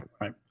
right